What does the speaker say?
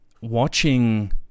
watching